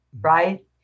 right